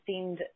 seemed